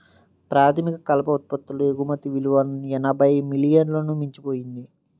ప్రాథమిక కలప ఉత్పత్తుల ఎగుమతి విలువ ఎనభై మిలియన్లను మించిపోయింది